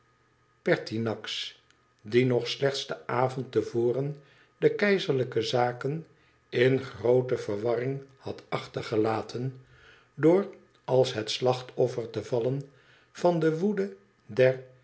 pertinax die nog slechts den avond te voren de keizerlijke zaken in groote verwarring had achtergelaten door als het slachtoffer te vallen van de woede